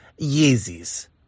Yeezys